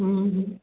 हूं